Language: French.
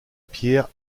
pierre